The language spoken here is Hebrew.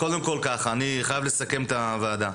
אני חייב לסכם את הישיבה: